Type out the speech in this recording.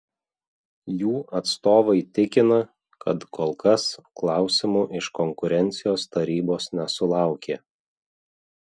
jų atstovai tikina kad kol kas klausimų iš konkurencijos tarybos nesulaukė